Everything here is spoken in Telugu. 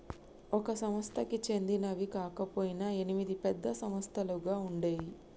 ఒక సంస్థకి చెందినవి కాకపొయినా ఎనిమిది పెద్ద సంస్థలుగా ఉండేయ్యి